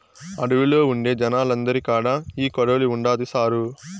అడవిలో ఉండే జనాలందరి కాడా ఈ కొడవలి ఉండాది సారూ